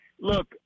Look